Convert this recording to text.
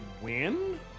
win